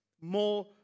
more